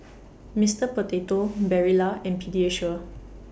Mister Potato Barilla and Pediasure